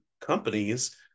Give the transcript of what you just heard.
companies